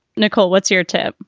nicole, what's your tip?